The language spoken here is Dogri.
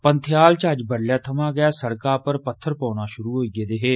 पंथियाल च अज्ज बडलै थमां गै सड़का पर पत्थर पौना शुरू होई गेदे हे